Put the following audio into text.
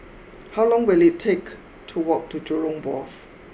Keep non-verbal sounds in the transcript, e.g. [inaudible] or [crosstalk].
[noise] how long will it take to walk to Jurong Wharf